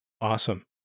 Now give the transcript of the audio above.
Awesome